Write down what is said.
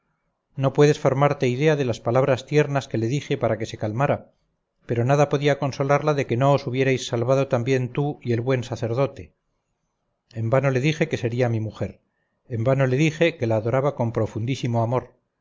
no puedes formarte idea de las palabras tiernas que le dije para que se calmara pero nada podía consolarla de que no os hubierais salvado también tú y el buen sacerdote en vano le dije que sería mi mujer en vano le dije que la adoraba con profundísimo amor